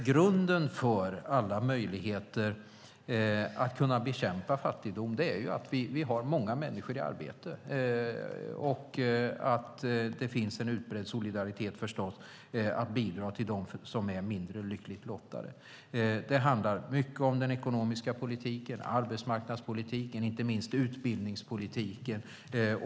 Grunden för alla möjligheter att bekämpa fattigdom är att vi har många människor i arbete och att det finns en utbredd solidaritet förstås att bidra till dem som är mindre lyckligt lottade. Det handlar mycket om den ekonomiska politiken, om arbetsmarknadspolitiken och inte minst om utbildningspolitiken.